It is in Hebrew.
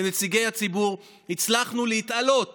כנציגי הציבור, הצלחנו להתעלות